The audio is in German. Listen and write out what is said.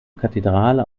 kathedrale